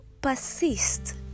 persist